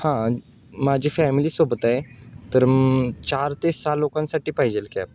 हां माझी फॅमिलीसोबत आहे तर चार ते सहा लोकांसाठी पाहिजेल कॅब